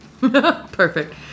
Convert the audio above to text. Perfect